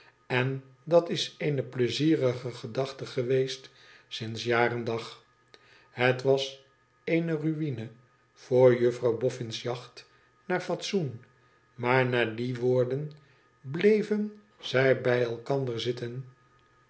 en dat is eene pleizierige gedachte geweest sinds jaar en dag het was eene rtüne voor juffrouw boffin s jacht naar fatsoen maar na die woorden bleven zij bij elkander zitten